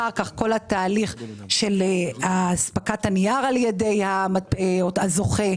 אחר-כך כל התהליך של הספקת הנייר על-ידי הזוכה,